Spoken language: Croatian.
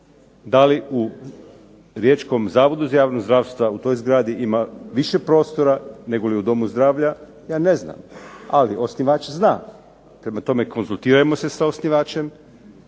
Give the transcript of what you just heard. da li u Riječkom zavodu za javno zdravstva. U toj zgradi ima više prostora nego li u domu zdravlja, ja ne znam. Ali osnivač zna. Prema tome, konzultirajmo se sa osnivačem,